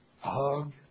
hug